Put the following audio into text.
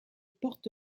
porte